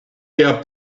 der